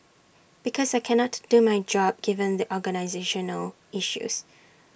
because I cannot do my job given the organisational issues